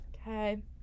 Okay